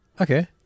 okay